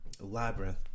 labyrinth